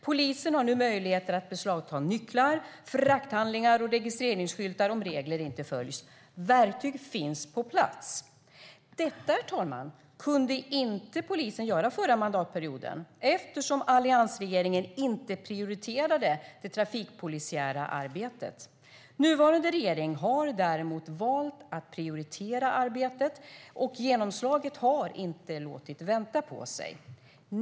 Polisen har nu möjligheter att beslagta nycklar, frakthandlingar och registreringsskyltar om regler inte följs. Verktyg finns på plats. Detta, herr talman, kunde polisen inte göra under förra mandatperioden eftersom alliansregeringen inte prioriterade det trafikpolisiära arbetet. Nuvarande regering har däremot valt att prioritera arbetet, och genomslaget har inte låtit vänta på sig.